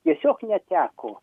tiesiog neteko